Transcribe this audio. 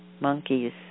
monkeys